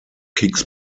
kings